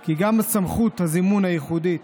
כי גם סמכות הזימון הייחודית